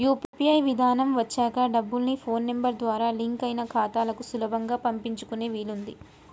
UPI విధానం వచ్చాక డబ్బుల్ని ఫోన్ నెంబర్ ద్వారా లింక్ అయిన ఖాతాలకు సులభంగా పంపించుకునే వీలుంది